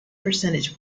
percentage